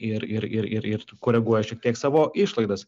ir ir ir ir koreguoja šiek tiek savo išlaidas